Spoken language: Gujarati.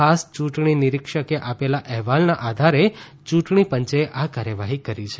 ખાસ ચૂંટણી નિરીક્ષકે આપેલા અહેવાલના આધારે ચૂંટણી પંચે આ કાર્યવાહી કરી છે